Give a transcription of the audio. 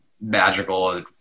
magical